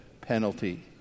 penalty